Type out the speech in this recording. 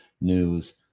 news